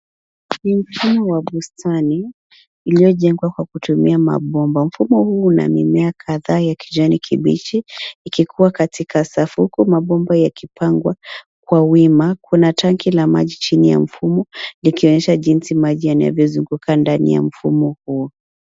Ni mfumo wa bustani iliyojengwa kwa kutumia mabomba. Mfumo huu una mimea kadhaa ya kijani kibichi ikikua katika safu huku mabomba yakipangwa kwa wima. Kuna tanki la maji chini ya mfumo ikionyesha jinsi maji yanavyozunguka ndani ya mfumo huo.